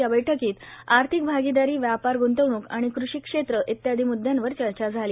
या बैठकीत आर्थिक भागीदारी व्यापार गूंतवणूक आणि कृषी क्षेत्र इत्यादी मुदयांवर चर्चा झाली